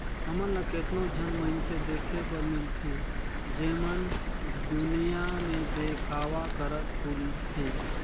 हमन ल केतनो झन मइनसे देखे बर मिलथें जेमन दुनियां में देखावा करत बुलथें